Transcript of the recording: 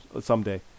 someday